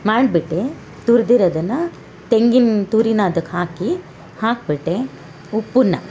ಮಾಡ್ಬಿಟ್ಟು ತುರ್ದು ಇರೋದನ್ನ ತೆಂಗಿನ ತುರಿನ ಅದಕ್ಕೆ ಹಾಕಿ ಹಾಕ್ಬಿಟ್ಟು ಉಪ್ಪನ್ನ